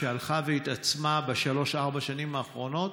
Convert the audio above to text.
שהלכה והתעצמה בשלוש-ארבע השנים האחרונות,